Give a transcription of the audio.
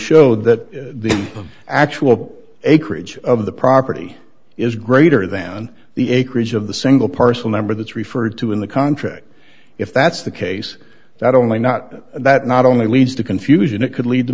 show that the actual acreage of the property is greater than the acreage of the single parcel number that's referred to in the contract if that's the case that only not that not only leads to confusion it could lead to